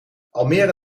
almere